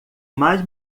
mais